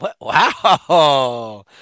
Wow